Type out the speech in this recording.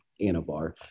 Anabar